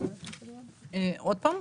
עוד פעם?